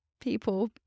people